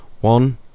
One